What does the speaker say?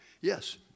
yes